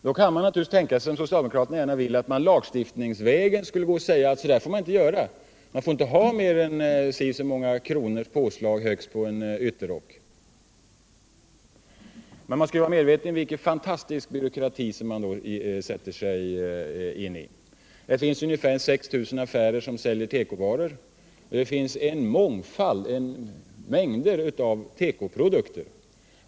Då kan man naturligtvis tänka sig, som socialdemokraterna gärna vill, att man lagstiftningsvägen skulle säga att så får handeln inte göra — handeln får inte ha mer än så och så många kronors påslag högst på en ytterrock. Men man skall vara medveten om vilken fantastisk byråkrati man då kommer in i. Det finns ungefär 6 000 affärer som säljer tekovaror, och det finns mängder av tekoprodukter.